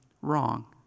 wrong